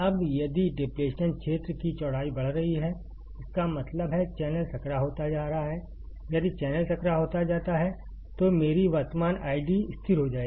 अब यदि डिप्लेशन क्षेत्र की चौड़ाई बढ़ रही है इसका मतलब है चैनल संकरा होता जा रहा है यदि चैनल संकरा हो जाता है तो मेरी वर्तमान आईडी स्थिर हो जाएगी